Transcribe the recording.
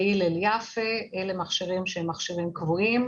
בהלל יפה, אלה מכשירים קבועים.